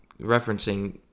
referencing